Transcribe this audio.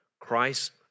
Christ